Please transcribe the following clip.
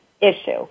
issue